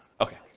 Okay